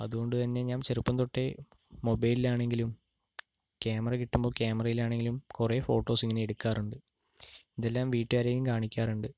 അതുകൊണ്ട് തന്നെ ഞാന് ചെറുപ്പം തൊട്ടേ മൊബൈലിലാണെങ്കിലും ക്യാമറ കിട്ടുമ്പോൾ ക്യാമറയിലാണെങ്കിലും കുറെ ഫോട്ടോസ് ഇങ്ങനെ എടുക്കാറുണ്ട് ഇതെല്ലാം വീട്ടുകാരേയും കാണിക്കാറുണ്ട്